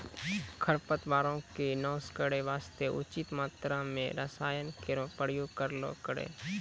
खरपतवारो क नाश करै वास्ते उचित मात्रा म रसायन केरो प्रयोग करलो करो